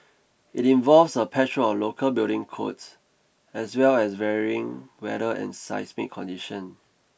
it involves a patchwork of local building codes as well as varying weather and seismic condition